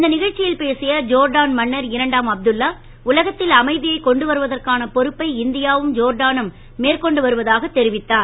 இந்த நிகழ்ச்சியில் பேசிய ஜோர்டான் அரசர் இரண்டாம் அப்துல்லா உலகத்தில் அமைதியைக் கொண்டு வருவதற்கான பொறுப்பை இந்தியாவும் தோர்டானும் மேற்கொண்டுள்ளதாக தெரிவித்தார்